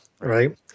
right